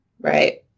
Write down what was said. Right